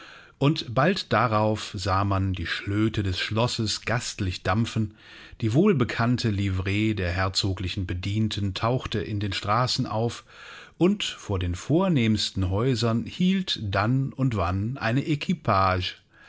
und bald darauf sah man die schlöte des schlosses gastlich dampfen die wohlbekannte livree der herzoglichen bedienten tauchte in den straßen auf und vor den vornehmsten häusern hielt dann und wann eine